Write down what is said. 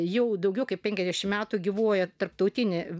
jau daugiau kaip penkiasdešim metų gyvuoja tarptautinė